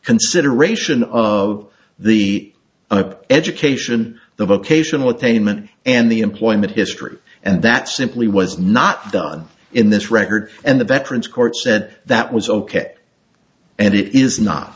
consideration of the education the vocational attainment and the employment history and that simply was not done in this record and the veterans court said that was ok and it is not